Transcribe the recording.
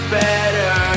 better